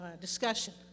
discussion